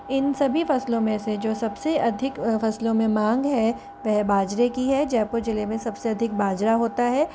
इन सभी फ़सलों में से जो सबसे अधिक फ़सलों में मांग है वह बाजरे की है जयपुर ज़िले में सबसे अधिक बाजरा होता है